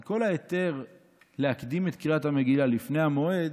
כי כל ההיתר להקדים את קריאת המגילה לפני המועד